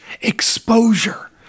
exposure